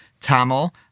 Tamil